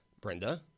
Brenda